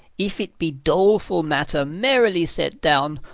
if it be doleful matter merrily set down,